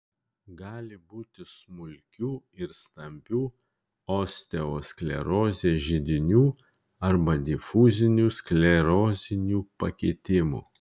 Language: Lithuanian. gali būti smulkių ir stambių osteosklerozės židinių arba difuzinių sklerozinių pakitimų